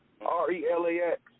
R-E-L-A-X